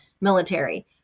military